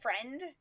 friend